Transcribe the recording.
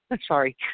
Sorry